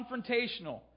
confrontational